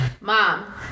Mom